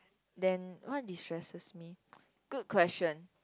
then what destresses me good question